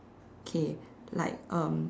okay like um